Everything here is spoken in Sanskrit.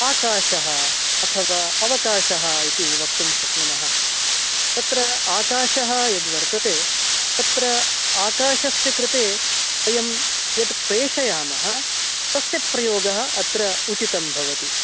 आकाशः अथवा अवकाशः इति वक्तुं शक्नुमः तत्र आकाशः यद्वर्तते तत्र आकाशस्य कृते वयं यत् प्रेषयामः तस्य प्रयोगः अत्र उचितं भवति